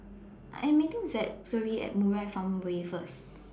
I'm meeting Zachery At Murai Farmway First